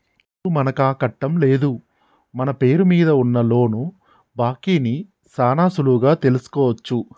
ఇప్పుడు మనకాకట్టం లేదు మన పేరు మీద ఉన్న లోను బాకీ ని సాన సులువుగా తెలుసుకోవచ్చు